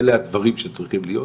אלה הדברים שצריכים להיות.